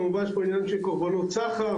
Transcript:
כמובן יש פה עניין של קורבנות סחר,